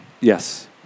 Yes